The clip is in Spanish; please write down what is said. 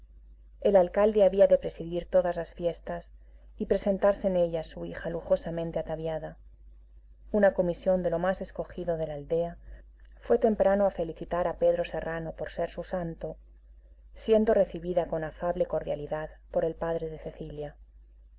el alcalde había de presidir todas las fiestas y presentarse en ellas su hija lujosamente ataviada una comisión de lo más escogido de la aldea fue temprano a felicitar a pedro serrano por ser su santo siendo recibida con afable cordialidad por el padre de cecilia